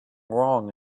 wrong